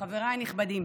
חבריי הנכבדים,